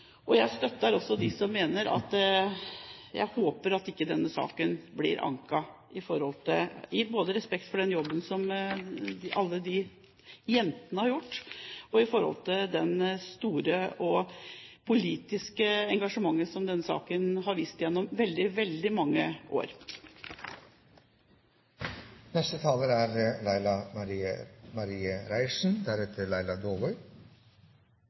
behandling. Jeg støtter også dem som håper at denne saken ikke blir anket, både i respekt for den jobben som alle de jentene har gjort, og med hensyn til det store og politiske engasjementet som denne saken har fått gjennom veldig, veldig mange år. Ein stor takk til interpellanten for at denne alvorlege og leie saka har kome opp på dagsordenen her i Stortinget. Det er